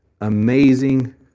amazing